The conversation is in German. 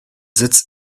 sitz